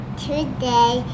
today